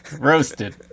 Roasted